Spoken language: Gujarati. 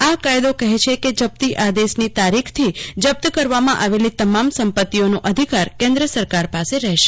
આ કાયદો કહે છે કે જપ્તી આદેશની તારીખથી જપ્ત કરવામાં આવેલી તમામ સંપત્તિઓનો અધિકાર કેન્દ્ર સરકાર પાસે રહેશે